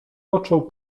począł